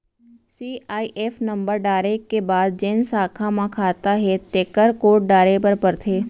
CIF number डारे के बाद जेन साखा म खाता हे तेकर कोड डारे बर परथे